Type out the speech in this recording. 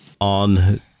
on